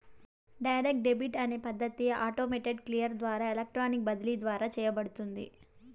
direct debit అనే పద్ధతి automated clear ద్వారా ఎలక్ట్రానిక్ బదిలీ ద్వారా చేయబడుతుంది